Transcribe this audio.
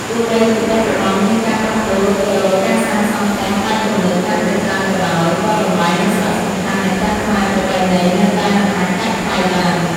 ទោះបីជាបច្ចុប្បន្ន មានការផ្លាស់ប្តូរទៅរកការសាងសង់ផ្ទះបែបទំនើបកាន់តែច្រើនក៏ដោយ ក៏តម្លៃ និងសារៈសំខាន់នៃផ្ទះខ្មែរប្រពៃណីនៅតែមិនអាចកាត់ថ្លៃបាន។